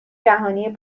جهانی